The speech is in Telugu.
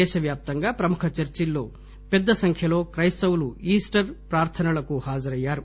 దేశ వ్యాప్తంగా ప్రముఖ చర్చిల్లో పెద్ద సంఖ్యలో క్రైస్తవులు ఈస్టర్ ప్రార్థనలకు పాజరయ్యారు